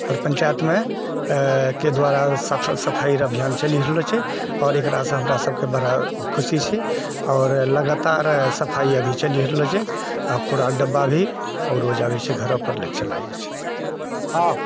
हर पञ्चायतमे के द्वारा साफ सफाइरऽ अभियान चलि रहलो छै आओर एकरासँ हमरा सभकऽ बड़ा खुशी छै आओर लगातार सफाइ अभी चलि रहलो छै आ कूड़ाकऽ डब्बा भी रोज आबैत छै घरो पर लेकऽ चला जाइत छै हँ